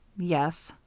yes.